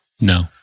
No